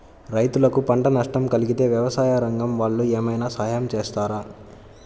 రైతులకు పంట నష్టం కలిగితే వ్యవసాయ రంగం వాళ్ళు ఏమైనా సహాయం చేస్తారా?